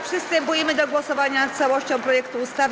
Przystępujemy do głosowania nad całością projektu ustawy.